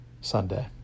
Sunday